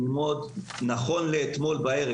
נכון לאתמול בערב,